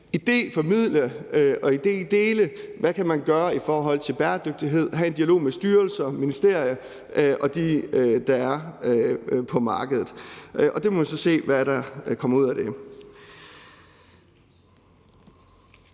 idéformidle og idédele, hvad man kan gøre i forhold til bæredygtighed, have en dialog med styrelser og ministerier og dem, der er på markedet. Så må vi så se, hvad der kommer ud af det.